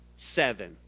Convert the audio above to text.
seven